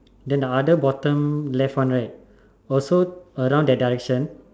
then the other bottom left one right also around that direction